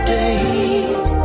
days